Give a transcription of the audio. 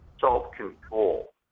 self-control